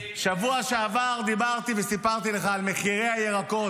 בשבוע שעבר דיברתי, וסיפרתי לך על מחירי הירקות.